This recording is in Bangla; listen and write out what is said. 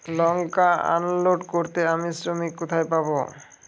লঙ্কা আনলোড করতে আমি শ্রমিক কোথায় পাবো?